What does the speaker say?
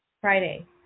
Friday